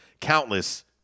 countless